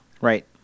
Right